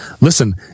listen